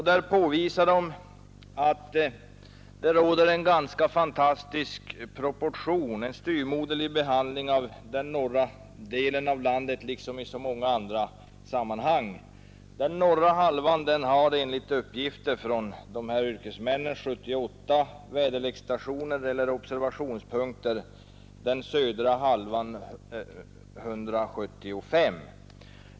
Där påvisar de att det råder en ganska fantastisk proportion mellan dessa delar, som innebär en styvmoderlig behandling av den norra delen av landet, liksom i så många andra sammanhang. Den norra halvan har enligt uppgifter från de här yrkesmännen 78 väderleksstationer eller observationspunkter, den södra halvan 175.